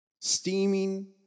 Steaming